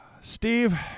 Steve